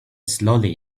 slowly